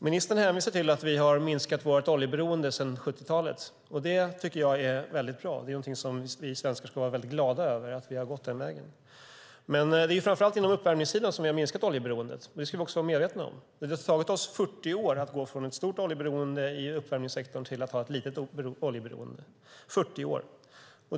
Ministern hänvisar till att vi har minskat vårt oljeberoende sedan 70-talet. Det är bra. Vi svenskar ska vara glada över att vi har gått den vägen. Det är framför allt inom uppvärmningssidan som vi har minskat oljeberoendet. Det ska vi vara medvetna om. Det har tagit oss 40 år att gå från ett stort oljeberoende i uppvärmningssektorn till att ha ett litet oljeberoende.